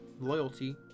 loyalty